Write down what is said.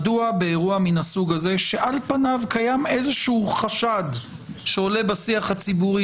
מדוע באירוע מן הסוג הזה שעל פניו קיים איזשהו חשד שעולה בשיח הציבורי